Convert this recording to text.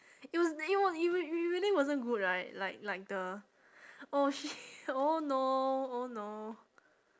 it was it was it really wasn't good right like like the oh shit oh no oh no